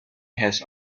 has